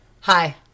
Hi